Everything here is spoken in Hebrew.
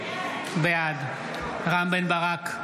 בעד רם בן ברק,